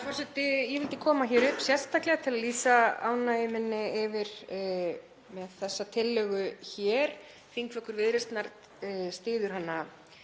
forseti. Ég vildi koma hér upp sérstaklega til að lýsa ánægju minni með þessa tillögu hér. Þingflokkur Viðreisnar styður hana